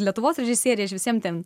lietuvos režisieriai aš visiem ten